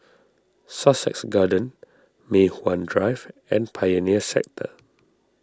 Sussex Garden Mei Hwan Drive and Pioneer Sector